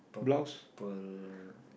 purple